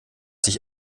sich